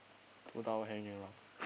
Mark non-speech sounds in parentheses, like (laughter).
two towel hanging around (noise)